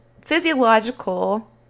physiological